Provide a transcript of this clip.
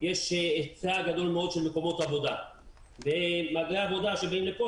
יש היצע גדול מאוד של מקומות עבודה ומהגרי העבודה שבאים לכאן,